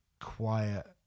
quiet